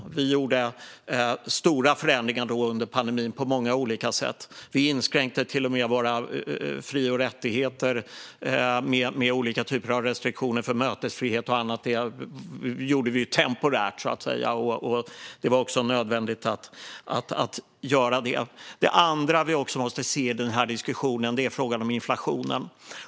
Vi gjorde stora förändringar under pandemin på många olika sätt. Vi inskränkte till och med våra fri och rättigheter med olika restriktioner av mötesfrihet och annat. Det gjorde vi temporärt, och det var nödvändigt att göra det. Det andra vi måste se i den här diskussionen är inflationen.